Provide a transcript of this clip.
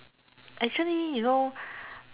actually you know